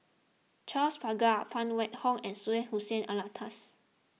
Charles Paglar Phan Wait Hong and Syed Hussein Alatas